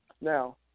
Now